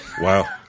Wow